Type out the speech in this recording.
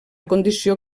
condició